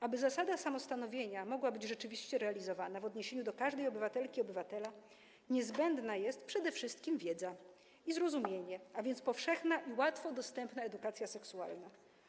Aby zasada samostanowienia mogła być rzeczywiście realizowana w odniesieniu do każdej obywatelki i każdego obywatela, niezbędna jest przede wszystkim wiedza i zrozumienie, a więc powszechna i łatwo dostępna edukacja seksualna.